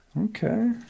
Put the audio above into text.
Okay